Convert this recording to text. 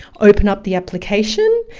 open up the application.